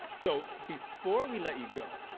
so, before we let you go